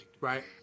Right